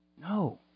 No